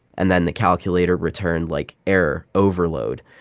and then the calculator returned, like, error, overload.